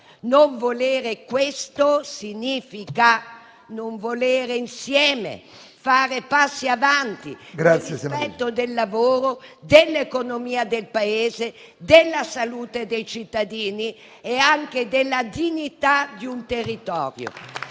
Non volere questo significa non volere fare passi avanti insieme nel rispetto del lavoro, dell'economia del Paese, della salute dei cittadini e anche della dignità di un territorio.